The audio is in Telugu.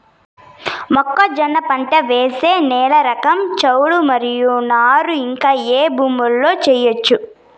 మొక్కజొన్న పంట వేసే నేల రకం చౌడు మరియు నారు ఇంకా ఏ భూముల్లో చేయొచ్చు?